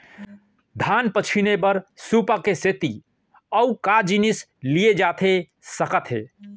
धान पछिने बर सुपा के सेती अऊ का जिनिस लिए जाथे सकत हे?